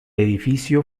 edificio